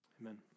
Amen